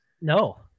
No